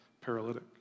paralytic